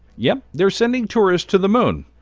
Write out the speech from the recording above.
yep, they're sending tourists to the moon!